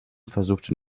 versuchte